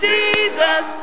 Jesus